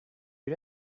you